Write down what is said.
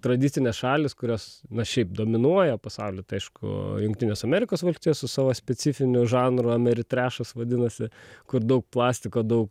tradicinės šalys kurios na šiaip dominuoja pasauly tai aišku jungtinės amerikos valstijos su savo specifiniu žanru ameritrešas vadinasi kur daug plastiko daug